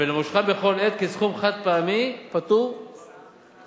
ולמושכם בכל עת כסכום חד-פעמי פטור ממס.